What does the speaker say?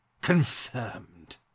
confirmed